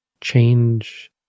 change